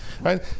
right